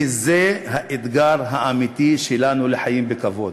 כי זה האתגר האמיתי שלנו לחיים בכבוד,